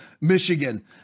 Michigan